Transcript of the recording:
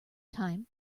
time